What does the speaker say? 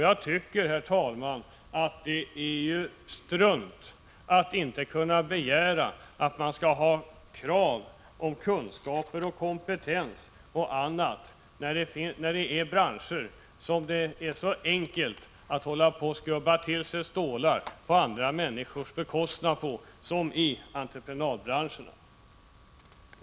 Jag tycker, herr talman, att det är strunt att inte kunna ha krav på kunskaper och kompetens när det gäller branscher där det är så enkelt att ”skrubba till sig stålar” på andra människors bekostnad som i entreprenadbranscherna.